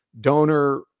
donor